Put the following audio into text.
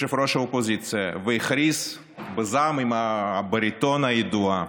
ראש האופוזיציה והכריז בזעם, עם הבריטון הידוע: